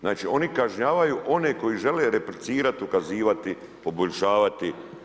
Znači oni kažnjavaju one koji žele replicirati, ukazivati, poboljšavati.